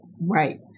Right